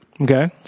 Okay